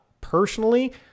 Personally